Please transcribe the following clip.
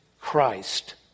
Christ